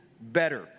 better